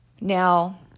Now